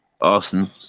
Awesome